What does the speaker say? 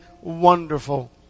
wonderful